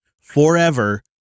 forever